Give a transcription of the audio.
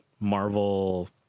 marvel